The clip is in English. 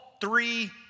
three